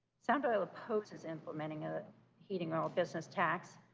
sound oil imposes and lamenting a heating oil business tax,